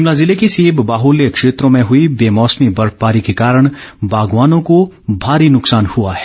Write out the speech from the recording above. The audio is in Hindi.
शिमला जिले के सेब बाहुल्य क्षेत्रों में हुई वेमौसमी बर्फबारी के कारण बागवानों को भारी नुकसान हुआ है